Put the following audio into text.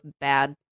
bad